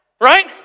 right